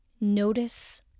notice